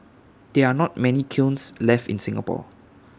there are not many kilns left in Singapore